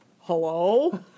hello